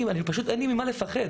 פשוט אין לי ממה לפחד.